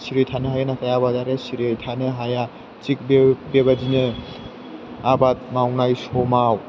सिरियै थानो हायो नाथाय आबादारिया सिरियै थानो हाया थिक बेबायदिनो आबाद मावनाय समाव